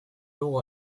dugu